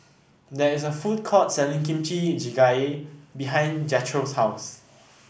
there is a food court selling Kimchi Jjigae behind Jethro's house